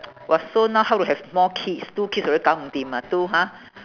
!wah! so now how to have more kids two kids already gao mm dim ah two ha